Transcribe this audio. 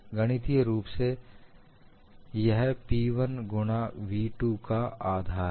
गणितीय रूप से यह P1 गुणा v2 का आधा है